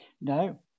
No